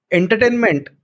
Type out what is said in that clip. entertainment